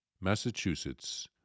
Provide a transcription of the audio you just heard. Massachusetts